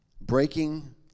Breaking